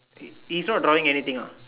he's not drawing anything ah